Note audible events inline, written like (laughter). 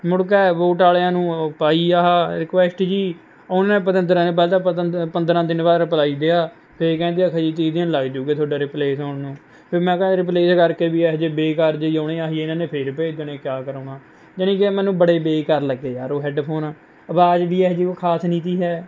ਮੁੜਕੇ ਬੋਟ ਵਾਲਿਆਂ ਨੂੰ ਪਾਈ ਆਹਾ ਰਿਕੁਐਸਟ ਜਿਹੀ ਉਹਨੇ ਪਤੰਦਰਾਂ ਨੇ ਪਹਿਲਾਂ ਤਾਂ (unintelligible) ਪੰਦਰਾਂ ਦਿਨ ਬਾਅਦ ਰਿਪਲਾਈ ਦਿਆ ਫੇਰ ਕਹਿੰਦੇ ਆਖ਼ੇ ਜੀ ਤੀਹ ਦਿਨ ਲੱਗ ਜੂਗੇ ਤੁਹਾਡੇ ਰਿਪਲੇਸ ਹੋਣ ਨੂੰ ਫੇਰ ਮੈਂ ਕਿਹਾ ਇਹ ਰਿਪਲੇਸ ਕਰਕੇ ਵੀ ਇਹੋ ਜਿਹੇ ਬੇਕਾਰ ਜਿਹੇ ਹੀ ਆਉਣੇ ਹੈ ਆਹੀ ਇਨ੍ਹਾਂ ਨੇ ਫੇਰ ਭੇਜ ਦੇਣੇ ਕਿਆ ਕਰਵਾਉਣਾ ਜਣੀ ਕਿ ਮੈਨੂੰ ਬੜੇ ਬੇਕਾਰ ਲੱਗੇ ਯਾਰ ਉਹ ਹੈੱਡਫੋਨ ਅਵਾਜ਼ ਵੀ ਇਹੋ ਜਿਹੀ ਉਹ ਖਾਸ ਨਹੀਂ ਤੀ ਹੈ